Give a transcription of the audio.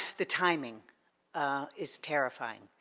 the timing is terrifying.